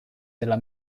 della